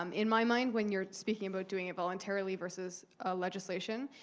um in my mind, when you're speaking about doing it voluntarily versus ah legislation,